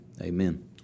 Amen